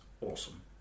awesome